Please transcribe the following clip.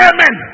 Amen